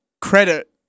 credit